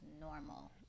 normal